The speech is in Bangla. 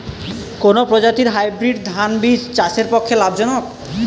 কোন প্রজাতীর হাইব্রিড ধান বীজ চাষের পক্ষে লাভজনক?